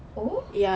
oh